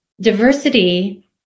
Diversity